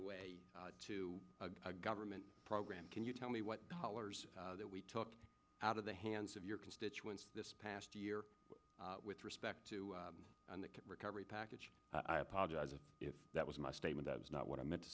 away to a government program can you tell me what colors that we took out of the hands of your constituents this past year with respect to the recovery package i apologize if that was my statement that was not what i meant to